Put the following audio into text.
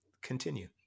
continue